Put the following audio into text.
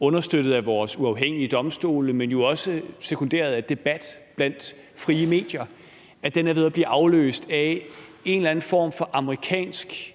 understøttet af vores uafhængige domstole, men jo også sekunderet af debat blandt frie medier, er ved at blive afløst af en eller anden form for amerikanske